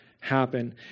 happen